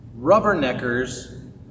rubberneckers